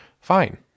fine